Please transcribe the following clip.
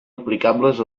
aplicables